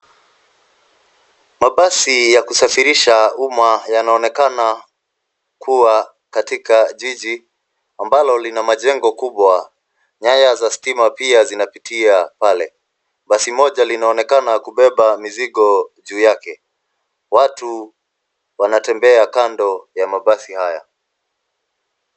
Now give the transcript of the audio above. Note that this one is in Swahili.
Mabasi ya kusafirisha umma yanaonekana kuwa katika jiji, ambalo lina majengo kubwa. Nyaya za stima pia zinapitia pale. Basi moja linaonekana kubeba mizigo juu yake. Watu wanatembea kando ya mabasi haya.